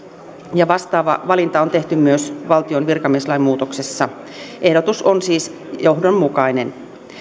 ja vastaava valinta on tehty myös valtion virkamieslain muutoksessa ehdotus on siis johdonmukainen